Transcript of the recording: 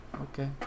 okay